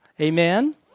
Amen